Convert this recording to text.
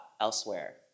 elsewhere